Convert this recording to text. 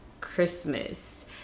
Christmas